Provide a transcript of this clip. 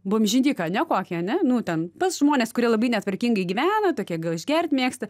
bomžinika ane kokią ane nu ten pas žmones kurie labai netvarkingai gyvena tokie gal išgert mėgsta